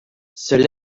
seul